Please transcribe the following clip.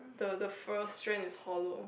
the the first strand is hollow